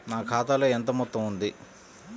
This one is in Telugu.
నా ఖాతాలో ఎంత మొత్తం ఉంది?